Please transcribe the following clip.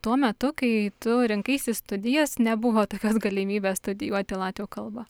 tuo metu kai tu rinkaisi studijas nebuvo tokios galimybės studijuoti latvių kalbą